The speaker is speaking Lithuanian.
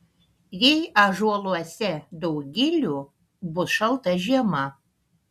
jei ąžuoluose daug gilių bus šalta žiema